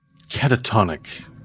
catatonic